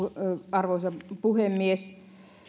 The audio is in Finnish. arvoisa puhemies